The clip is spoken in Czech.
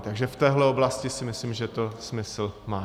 Takže v téhle oblasti si myslím, že to smysl má.